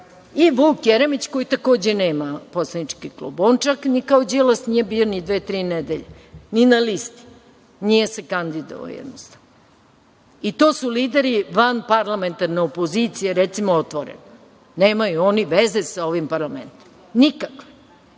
I Vuk Jeremić, koji takođe nema poslanički klub, on čak, kao ni Đilas, nije bio dve, tri nedelje ni na listi, jednostavno nije se kandidovao. To su lideri van parlamentarne opozicije, recimo otvoreno. Nemaju oni veze sa ovim parlamentom nikakve.